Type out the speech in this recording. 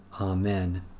Amen